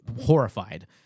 horrified